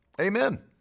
Amen